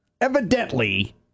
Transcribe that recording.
Evidently